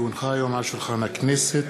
כי הונחו היום על שולחן הכנסת,